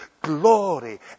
Glory